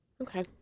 Okay